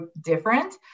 different